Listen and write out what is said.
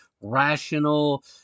rational